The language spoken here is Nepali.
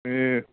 ए